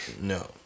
No